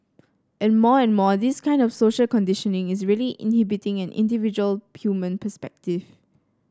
and more and more this kind of social conditioning is really inhibiting an individual human perspective